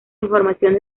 información